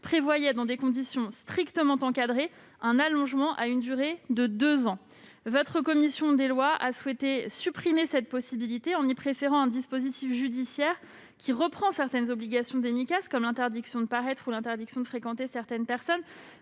prévoyait, dans des conditions strictement encadrées, un allongement à une durée de deux ans. Votre commission des lois a souhaité supprimer cette possibilité, lui préférant un dispositif judiciaire qui reprend certaines obligations des Micas, comme l'interdiction de paraître ou l'interdiction de fréquenter certaines personnes.